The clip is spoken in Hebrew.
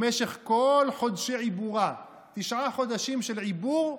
במשך כל חודשי עיבורה, תשעה חודשים של עיבור,